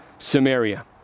Samaria